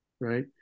right